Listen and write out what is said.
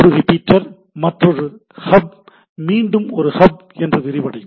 ஒரு ரிப்பீட்டர் மற்றொரு ஹப் மீண்டும் ஒரு ஹப் என்று விரிவடையும்